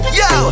yo